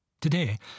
Today